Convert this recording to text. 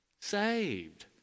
saved